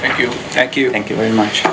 thank you thank you thank you very much